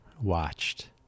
watched